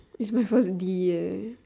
is my first D eh